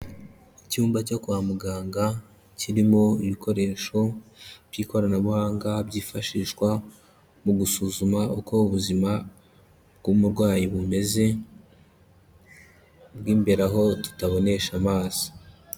Icyumba cyo kwa muganga, kirimo ibikoresho by'ikoranabuhanga, byifashishwa mu gusuzuma uko ubuzima bw'umurwayi bumeze, bw'imbere aho tutabonesha amaso.